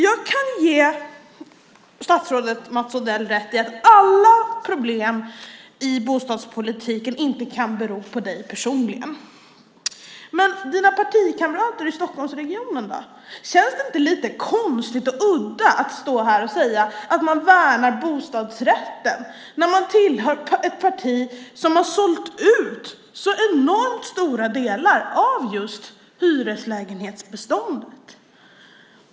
Jag kan ge statsrådet Mats Odell rätt i att alla problem i bostadspolitiken inte kan bero på honom personligen. Men hur är det med partikamraterna i Stockholmsregionen? Känns det inte lite konstigt och udda att stå här och säga att man värnar hyresrätten när man tillhör ett parti som har sålt ut så enormt stora delar av just hyreslägenhetsbeståndet?